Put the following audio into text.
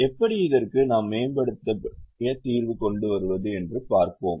எப்படி இதற்க்கு நாம் மேம்படுத்திய தீர்வு கொண்டு வருவது என்று பாப்போம்